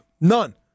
None